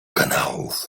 kanałów